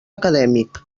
acadèmic